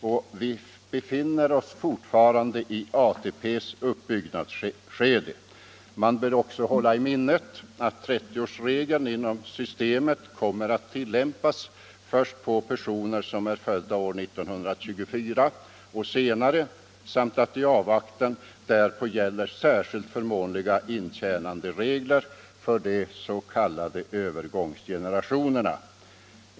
Och vi befinner oss fortfarande i ATP:s uppbyggnadsskede. Man bör också hålla i minnet att 30-årsregeln inom systemet kommer att tillämpas först på personer som är födda år 1924 och senare samt att det gäller särskilt förmånliga intjänanderegler för de s.k. övergångsgenerationerna.